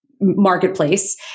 marketplace